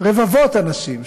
רבבות אנשים,